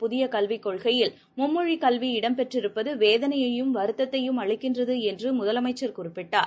புதியகல்விக் கொள்கையில் மும்மொழிக் கல்வி மத்தியஅரசுஅறிவித்த இடம்பெற்றிருப்பதுவேதனையையும் வருத்தத்தையும் அளிக்கின்றதுஎன்றுமுதலமைச்சர் குறிப்பிட்டார்